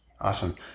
Awesome